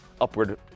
upward